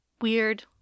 weird